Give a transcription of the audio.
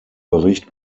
bericht